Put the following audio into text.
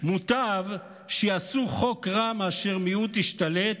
מוטב שיעשו חוק רע, מאשר מיעוט ישתלט.